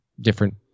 different